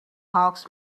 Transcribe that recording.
hawks